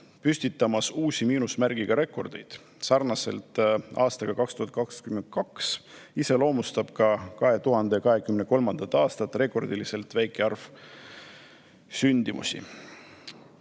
aastat järjest uusi miinusmärgiga rekordeid. Sarnaselt aastaga 2022 iseloomustab ka 2023. aastat rekordiliselt väike arv sünde.